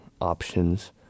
options